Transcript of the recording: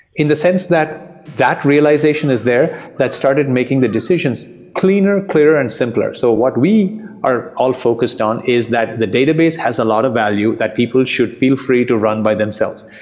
in the sense that that realization is there, that started making the decisions cleaner, clearer and simpler. so what we are all focused on is that the database has a lot of value that people should feel free to run by themselves.